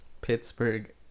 Pittsburgh